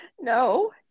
No